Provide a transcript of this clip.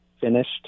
finished